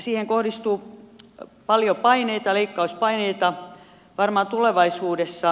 siihen kohdistuu varmaan paljon leikkauspaineita tulevaisuudessa